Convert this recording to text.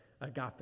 agape